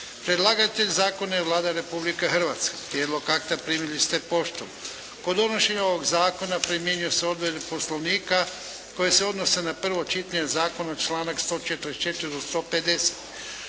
Predlagatelj zakona je Vlada Republike Hrvatske. Prijedlog akta primili ste poštom. Kod donošenja ovog zakona primjenjuju se odredbe Poslovnika koje se odnose na prvo čitanje zakona, članak 144. do 150.